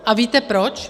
A víte proč?